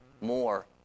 more